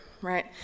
right